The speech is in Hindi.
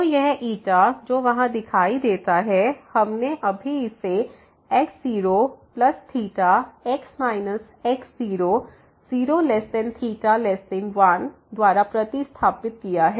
तो यह जो वहाँ दिखाई देता है हमने अभी इसे x0θx x0 0θ1 द्वारा प्रतिस्थापित किया है